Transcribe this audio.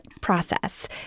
Process—